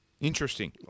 Interesting